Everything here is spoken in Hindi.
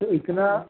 तो इतना